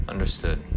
Understood